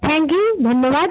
thank you ধন্যবাদ